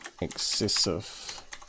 excessive